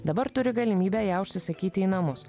dabar turi galimybę ją užsisakyti į namus